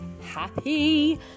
happy